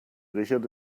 richard